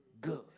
good